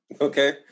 Okay